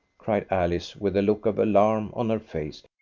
cried alice, with a look of alarm on her face.